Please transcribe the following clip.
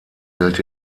gilt